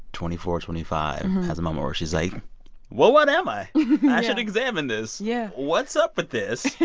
twenty four or twenty five, has a moment where she's like well, what am i? yeah i should examine this yeah what's up with this?